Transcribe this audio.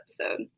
episode